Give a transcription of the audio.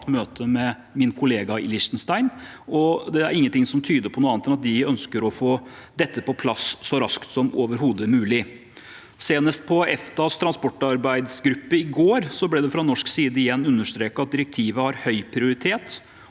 møte med min kollega i Liechtenstein. Det er ingenting som tyder på noe annet enn at de ønsker å få dette på plass så raskt som overhodet mulig. Senest i EFTAs transportarbeidsgruppe i går ble det fra norsk side igjen understreket at direktivet har høy prioritet,